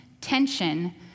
tension